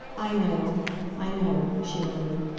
i know i know, she murmured.